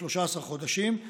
כ-13 חודשים,